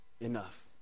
enough